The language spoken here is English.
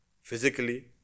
physically